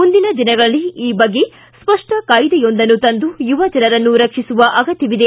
ಮುಂದಿನ ದಿನಗಳಲ್ಲಿ ಈ ಬಗ್ಗೆ ಸ್ವಪ್ಟ ಕಾಯಿದೆಯೊಂದನ್ನು ತಂದು ಯುವಜನರನ್ನು ರಕ್ಷಿಸುವ ಅಗತ್ಯವಿದೆ